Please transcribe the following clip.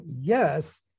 yes